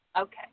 Okay